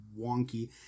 wonky